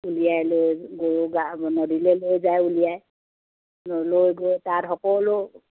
উলিয়াই লৈ গৰু গা মানে নদীলে লৈ যায় উলিয়াই লৈ গৈ তাত সকলো